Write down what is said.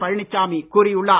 பழனிச்சாமி கூறியுள்ளார்